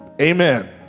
amen